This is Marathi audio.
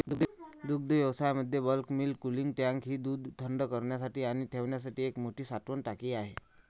दुग्धव्यवसायामध्ये बल्क मिल्क कूलिंग टँक ही दूध थंड करण्यासाठी आणि ठेवण्यासाठी एक मोठी साठवण टाकी आहे